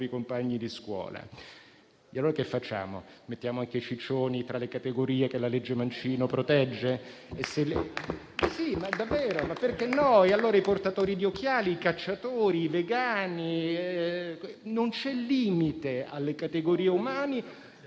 compagni di scuola. Allora che facciamo? Mettiamo anche i ciccioni tra le categorie che la legge Mancino protegge? Davvero, perché no? Allora i portatori di occhiali, i cacciatori, i vegani, non c'è limite alle categorie umane